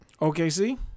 OKC